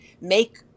make